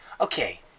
okay